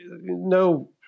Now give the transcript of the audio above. no